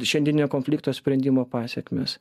šiandieninio konflikto sprendimo pasekmės